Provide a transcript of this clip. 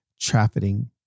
trafficking